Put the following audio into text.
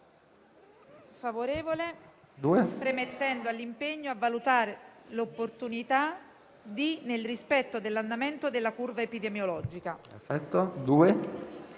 impegna il Governo: a valutare l'opportunità, nel rispetto dell'andamento della curva epidemiologica,